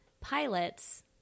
Pilots